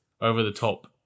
over-the-top